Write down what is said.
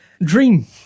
Dream